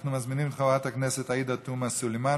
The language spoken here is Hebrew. אנחנו מזמינים את חברת הכנסת עאידה תומא סלימאן,